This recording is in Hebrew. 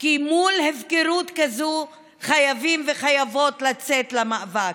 כי מול הפקרות כזו חייבים וחייבות לצאת למאבק.